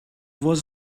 was